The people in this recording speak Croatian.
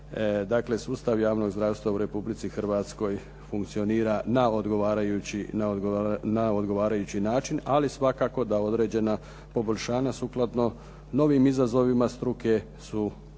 Dakle, sustav javnog zdravstva u Republici Hrvatskoj funkcionira na odgovarajući način, ali svakako da određena poboljšanja sukladno novim izazovima struke su